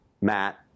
Matt